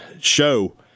show